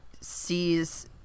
sees